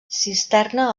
cisterna